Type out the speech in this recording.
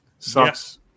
sucks